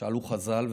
שאלו חז"ל,